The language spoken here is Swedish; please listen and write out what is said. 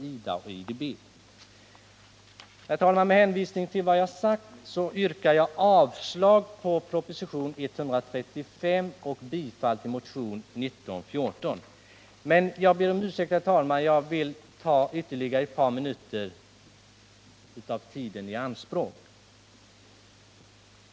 Med hänvisning till vad jag sagt yrkar jag avslag på Sedan ber jag om ursäkt, herr talman, för att jag vill ta ytterligare ett par minuter av tiden i anspråk.